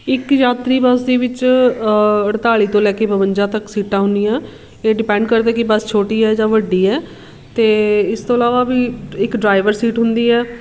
ਇੱਕ ਯਾਤਰੀ ਬੱਸ ਦੇ ਵਿੱਚ ਅਠਤਾਲੀ ਤੋਂ ਲੈ ਕੇ ਬਵੰਜਾ ਤੱਕ ਸੀਟਾਂ ਹੁੰਦੀਆਂ ਇਹ ਡਿਪੈਂਡ ਕਰਦਾ ਕਿ ਬਸ ਛੋਟੀ ਹੈ ਜਾਂ ਵੱਡੀ ਹੈ ਅਤੇ ਇਸ ਤੋਂ ਇਲਾਵਾ ਵੀ ਇੱਕ ਡਰਾਈਵਰ ਸੀਟ ਹੁੰਦੀ ਹੈ